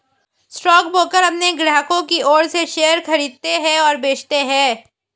stockbroker अपने ग्राहकों की ओर से शेयर खरीदते हैं और बेचते हैं